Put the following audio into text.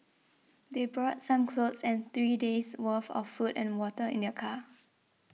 they brought some clothes and three days' worth of food and water in their car